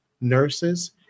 nurses